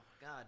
God